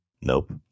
Nope